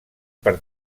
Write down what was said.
per